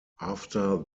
after